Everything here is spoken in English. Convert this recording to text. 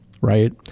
right